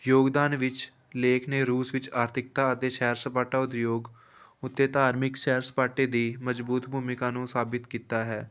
ਯੋਗਦਾਨ ਵਿੱਚ ਲੇਖ ਨੇ ਰੂਸ ਵਿੱਚ ਆਰਥਿਕਤਾ ਅਤੇ ਸੈਰ ਸਪਾਟਾ ਉਦਯੋਗ ਉੱਤੇ ਧਾਰਮਿਕ ਸੈਰ ਸਪਾਟੇ ਦੀ ਮਜ਼ਬੂਤ ਭੂਮਿਕਾ ਨੂੰ ਸਾਬਿਤ ਕੀਤਾ ਹੈ